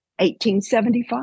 1875